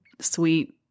sweet